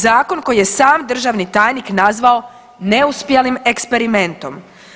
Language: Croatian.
Zakon koji je sam državni tajnik nazvao neuspjelim eksperimentom.